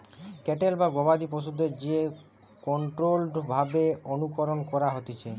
cattle বা গবাদি পশুদের যে কন্ট্রোল্ড ভাবে অনুকরণ করা হতিছে